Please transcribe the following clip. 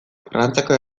frantziako